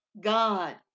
god